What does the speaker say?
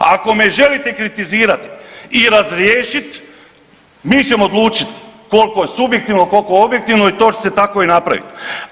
A ako me želite kritizirat i razriješit, mi ćemo odlučit koliko je subjektivno koliko je objektivno i to će se tako i napraviti.